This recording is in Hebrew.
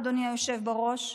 אדוני היושב בראש,